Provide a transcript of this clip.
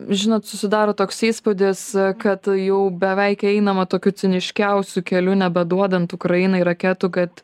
žinot susidaro toks įspūdis kad jau beveik einama tokiu ciniškiausiu keliu nebeduodant ukrainai raketų kad